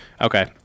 Okay